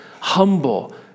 humble